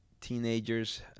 Teenagers